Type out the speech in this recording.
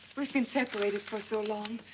we've been separated for so long.